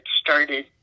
started